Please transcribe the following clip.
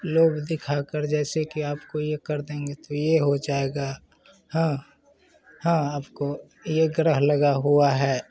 लोभ दिखा कर जैसे कि आपको ये कर देंगे तो ये हो जाएगा हाँ हाँ आपको ये ग्रह लगा हुआ है